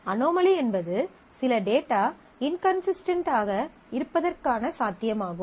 anomaly என்பது சில data inconsistent ஆக இருப்பதற்கான சாத்தியமாகும்